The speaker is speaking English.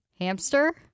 hamster